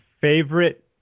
favorite